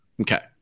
Okay